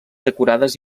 decorades